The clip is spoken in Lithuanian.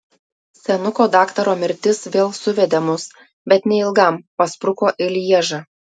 senuko daktaro mirtis vėl suvedė mus bet neilgam paspruko į lježą